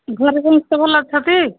ଘରେ ସମସ୍ତେ ଭଲ ଅଛଟି